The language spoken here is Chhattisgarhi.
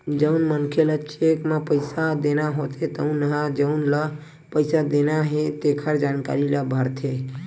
जउन मनखे ल चेक म पइसा देना होथे तउन ह जउन ल पइसा देना हे तेखर जानकारी ल भरथे